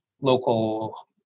local